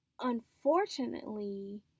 unfortunately